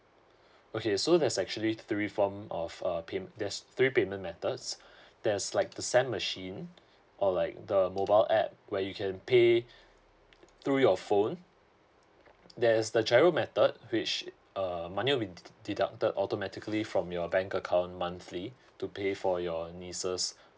okay so there's actually three form of a pay there's three payment methods there's like the s a m machine or like the mobile app where you can pay through your phone there's the travel method which err money will be deducted automatically from your bank account monthly to pay for your nieces